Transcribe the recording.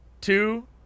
Two